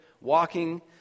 walking